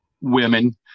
women